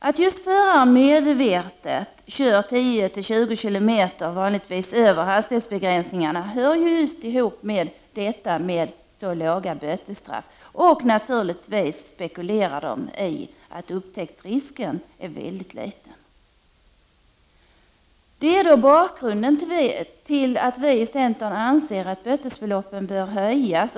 Just att förare medvetet kör 10-20 över hastighetsbegränsningen hör ihop med de låga bötesstraffen, och naturligtvis spekulerar de i att upptäcktsrisken är väldigt liten. Detta är bakgrunden till att vi i centern anser att bötesbeloppen bör höjas Prot.